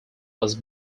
was